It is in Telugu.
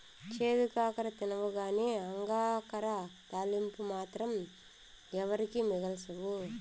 చేదు కాకర తినవుగానీ అంగాకర తాలింపు మాత్రం ఎవరికీ మిగల్సవు